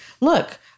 look